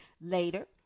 Later